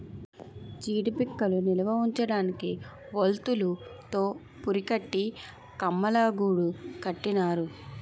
జీడీ పిక్కలు నిలవుంచడానికి వౌల్తులు తో పురికట్టి కమ్మలగూడు కట్టినారు